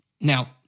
now